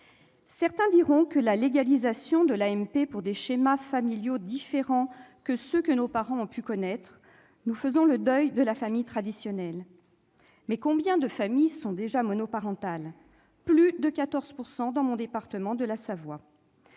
Certains diront que, avec la légalisation de l'AMP pour des schémas familiaux différant de ceux que nos parents ont pu connaître, nous faisons le deuil de la famille traditionnelle. Mais combien de familles sont déjà monoparentales ? Dans le département dont je